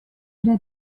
era